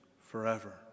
forever